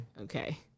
Okay